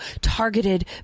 targeted